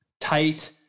tight